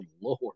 Lord